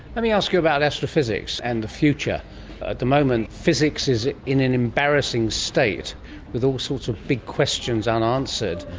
let me ask you about astrophysics and the future. at the moment physics is in an embarrassing state with all sorts of big questions unanswered,